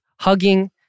Hugging